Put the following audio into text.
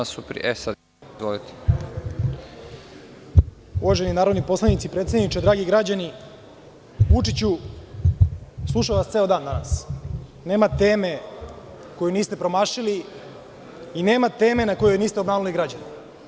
Uvaženi narodni poslanici, predsedniče, dragi građani, Vučiću, slušam vas ceo dan danas, nema teme koju niste promašili i nema teme na kojoj niste obmanuli građane.